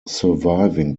surviving